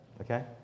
okay